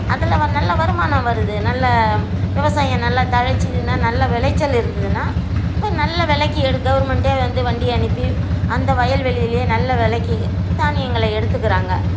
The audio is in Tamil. அதில் வா நல்லா வருமானம் வருது நல்ல விவசாயம் நல்லா தழைத்து நின்றா நல்லா விளைச்சல் இருந்துதுன்னால் இப்போ நல்ல விலைக்கி எடுக் கவுர்மெண்ட்டே வந்து வண்டி அனுப்பி அந்த வயல்வெளிலே நல்ல விலைக்கி தானியங்களை எடுத்துக்கிறாங்க